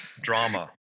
Drama